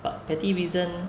but petty reason